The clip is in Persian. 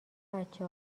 بچه